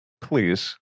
please